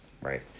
Right